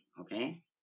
okay